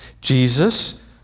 Jesus